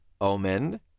Omen